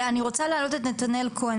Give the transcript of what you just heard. אני רוצה להעלות את נתנאל כהן,